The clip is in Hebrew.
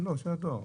של הדואר.